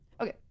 Okay